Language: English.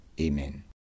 Amen